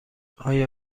آیا